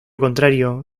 contrario